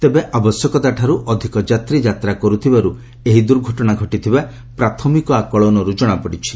ତେବେ ଆବଶ୍ୟକତାଠାରୁ ଅଧିକ ଯାତ୍ରୀ ଯାତ୍ରା କରୁଥିବାରୁ ଏହି ଦୁର୍ଘଟଣା ଘଟିଥିବା ପ୍ରାଥମିକ ଆକଳନରୁ ଜଣାପଡ଼ିଛି